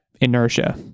inertia